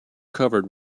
covered